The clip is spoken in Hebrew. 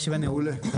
מעולה.